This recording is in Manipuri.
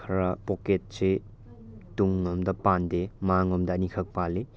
ꯈꯔ ꯄꯣꯛꯀꯦꯠꯁꯦ ꯇꯨꯡꯂꯣꯝꯗ ꯄꯥꯟꯗꯦ ꯃꯥꯡꯂꯣꯝꯗ ꯑꯅꯤꯈꯛ ꯄꯥꯜꯂꯤ